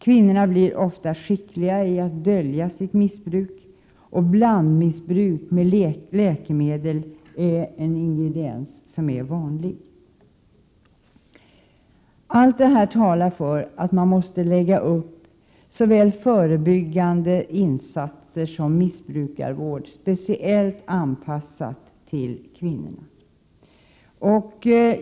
Kvinnor blir därför ofta mycket skickliga på att dölja sitt missbruk. Blandmissbruk där läkemedel är en ingrediens är vanligt. Allt detta talar för att man måste lägga upp såväl förebyggande insatser som missbrukarvård med speciell anpassning till kvinnorna.